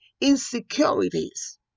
insecurities